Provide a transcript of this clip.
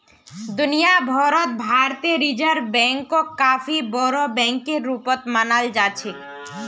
दुनिया भर त भारतीय रिजर्ब बैंकक काफी बोरो बैकेर रूपत मानाल जा छेक